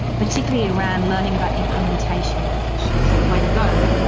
particularly around learning about implementation, which is the way to go.